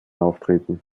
auftreten